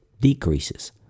decreases